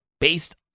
based